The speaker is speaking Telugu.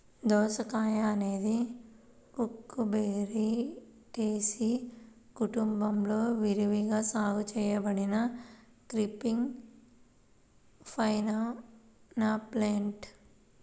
దోసకాయఅనేది కుకుర్బిటేసి కుటుంబంలో విరివిగా సాగు చేయబడిన క్రీపింగ్ వైన్ప్లాంట్